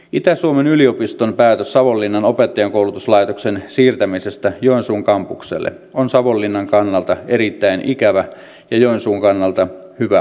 itä suomen yliopiston päätös savonlinnan opettajankoulutuslaitoksen siirtämisestä joensuun kampukselle on savonlinnan kannalta erittäin ikävä ja joensuun kannalta hyvä asia